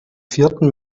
vierten